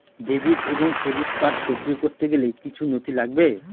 Debit এবং credit card সক্রিয় করতে গেলে কিছু নথি লাগবে?